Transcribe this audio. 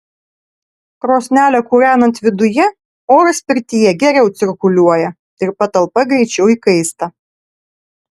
krosnelę kūrenant viduje oras pirtyje geriau cirkuliuoja ir patalpa greičiau įkaista